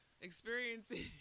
experiencing